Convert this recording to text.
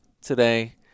today